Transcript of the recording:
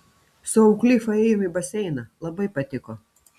su auklifa ėjom į baseiną labai patiko